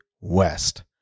West